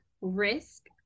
risk